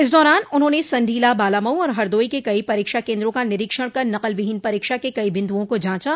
इस दौरान उन्होंने संडीला बालामऊ और हरदोई के कई परीक्षा केन्द्रों का निरीक्षण कर नकलविहीन परीक्षा के कई बिन्दुआ को जांचा